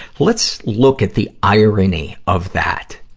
let's look at the irony of that.